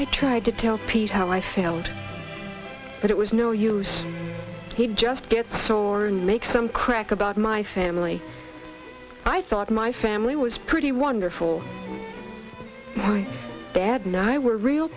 i tried to tell piece how i failed but it was no use he'd just get sore and make some crack about my family i thought my family was pretty wonderful dad ny we're real